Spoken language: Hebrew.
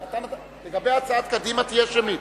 לגבי הצעת קדימה, תהיה שמית.